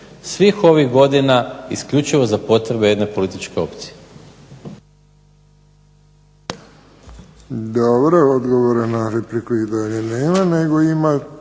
svih ovih godina isključivo za potrebe jedne političke opcije.